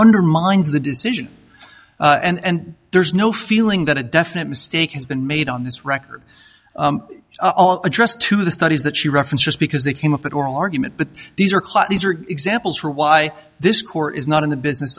undermines the decision and there's no feeling that a definite mistake has been made on this record addressed to the studies that she referenced just because they came up at oral argument but these are class these are examples for why this core is not in the business